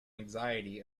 anxiety